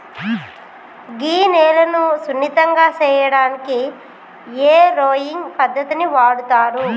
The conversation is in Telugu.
గీ నేలను సున్నితంగా సేయటానికి ఏరోయింగ్ పద్దతిని వాడుతారు